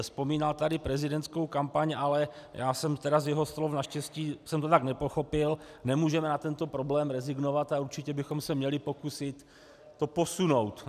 Vzpomínal tady prezidentskou kampaň, ale já jsem z jeho slov naštěstí jsem to tak nepochopil, nemůžeme na tento problém rezignovat a určitě bychom se měli pokusit to posunout.